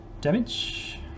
damage